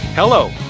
Hello